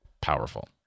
powerful